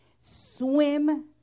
swim